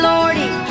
Lordy